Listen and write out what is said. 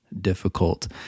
difficult